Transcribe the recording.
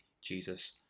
Jesus